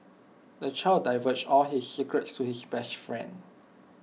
the child divulged all his secrets to his best friend